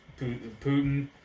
Putin